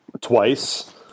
twice